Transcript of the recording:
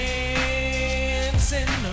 Dancing